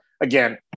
Again